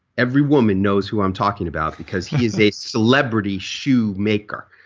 every woman knows who i'm talking about because he's a celebrity shoe maker.